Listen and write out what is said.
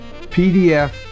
PDF